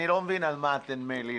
אני לא מבין על מה אתם מלינים,